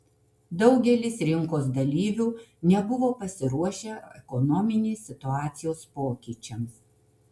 daugelis rinkos dalyvių nebuvo pasiruošę ekonominės situacijos pokyčiams